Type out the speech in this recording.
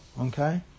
okay